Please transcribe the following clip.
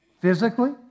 physically